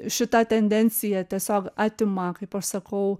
šita tendencija tiesiog atima kaip aš sakau